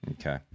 okay